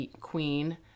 Queen